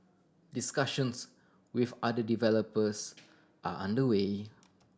discussions with other developers are under way